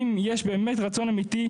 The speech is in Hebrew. אם יש באמת רצון אמיתי,